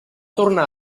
tornar